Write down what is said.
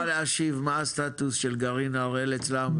ניתן לשרה להשיב מה הסטטוס של גרעין הראל אצלם,